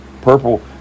purple